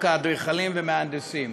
הצעת חוק האדריכלים והמהנדסים.